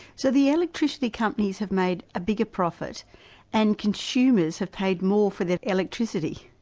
so the electricity companies have made a bigger profit and consumers have paid more for their electricity?